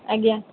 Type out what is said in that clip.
ଆଜ୍ଞା